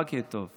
שרק יהיה טוב.